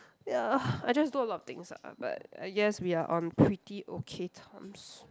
ya I just do a lot of things ah but I guess we are on pretty okay terms